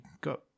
got